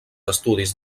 estudis